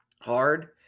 hard